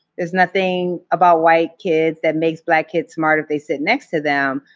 there's nothing about white kids that makes black kids smart if they sit next to them.